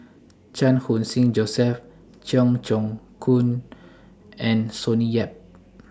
Chan Khun Sing Joseph Cheong Choong Kong and Sonny Yap